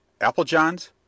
Applejohns